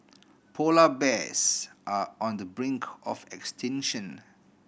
polar bears are on the brink of extinction